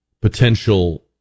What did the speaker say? potential